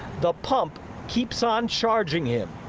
the pump keeps on charging him.